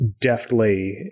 deftly